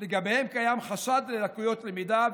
כשקיים חשד ללקויות למידה,